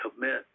commit